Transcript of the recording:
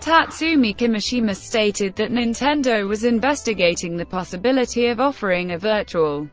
tatsumi kimishima stated that nintendo was investigating the possibility of offering a virtual